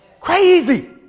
Crazy